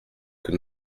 que